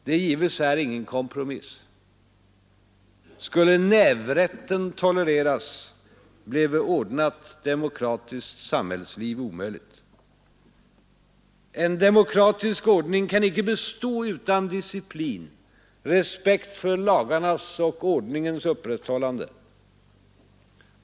Det gives här ingen kompromiss. Skulle nävrätten tolereras bleve ordnat demokratiskt samhällsliv omöjligt. En demokratisk ordning kan icke bestå utan disciplin, respekt för lagarnas och ordningens upprätthållande.